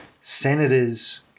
Senators